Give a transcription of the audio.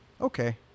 Okay